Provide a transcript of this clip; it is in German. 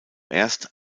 erst